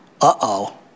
Uh-oh